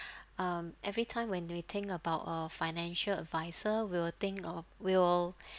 um everytime when do we think about a financial adviser we will think of we will